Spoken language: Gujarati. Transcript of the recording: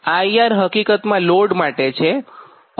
IR હકીકતમાં લોડ માટે છે